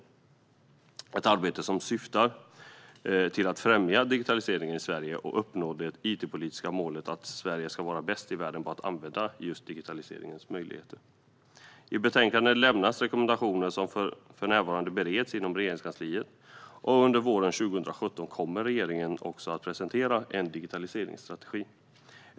Det är ett arbete som syftat till att främja digitalisering i Sverige och uppnå det it-politiska målet att Sverige ska vara bäst i världen på att använda just digitaliseringens möjligheter. I betänkandet lämnas rekommendationer som för närvarande bereds inom Regeringskansliet. Under våren 2017 kommer regeringen också att presentera en digitaliseringsstrategi.